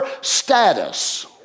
status